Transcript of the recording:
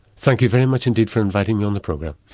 thank you very much indeed for inviting me on the program.